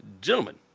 Gentlemen